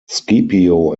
scipio